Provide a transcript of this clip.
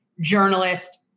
journalist